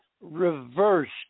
reversed